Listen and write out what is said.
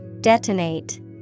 Detonate